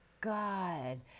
God